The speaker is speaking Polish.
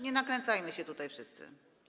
Nie nakręcajmy się tutaj wszyscy.